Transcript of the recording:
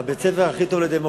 פה זה בית-הספר הכי טוב לדמוקרטיה.